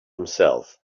himself